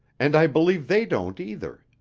and i believe they don't either.